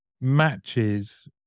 matches